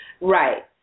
Right